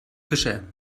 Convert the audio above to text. fischer